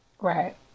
Right